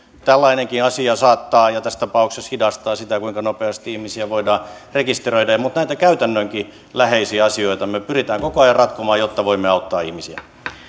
tällainenkin asia saattaa hidastaa ja tässä tapauksessa hidastaa sitä kuinka nopeasti ihmisiä voidaan rekisteröidä mutta näitä käytännönläheisiäkin asioita me me pyrimme koko ajan ratkomaan jotta voimme auttaa ihmisiä